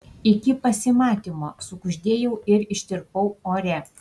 iki pasimatymo sukuždėjau ir ištirpau ore